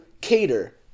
cater